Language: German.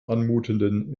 anmutenden